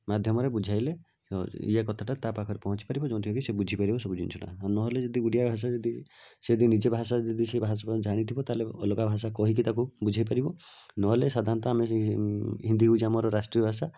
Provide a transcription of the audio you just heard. ମାଧ୍ୟମରେ ବୁଝାଇଲେ ଇୟା କଥାଟା ତା ପାଖରେ ପହଞ୍ଚିପାରିବ ଯେଉଁଥିରେ କି ସେ ବୁଝିପାରିବ ସବୁ ଜିନିଷଟା ନହଲେ ଯଦି ଓଡ଼ିଆ ଭାଷା ଯଦି ସେ ଯଦି ନିଜ ଭାଷା ଯଦି ସେ ଭାଷଣ ଜାଣିଥିବ ତାହେଲେ ଅଲଗା ଭାଷା କହିକି ତାକୁ ବୁଝାଇପାରିବ ନହେଲେ ସାଧାରଣତଃ ଆମେ ହିନ୍ଦୀ ଆମର ରାଷ୍ଟୀୟ ଭାଷା